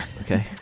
Okay